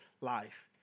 life